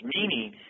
meaning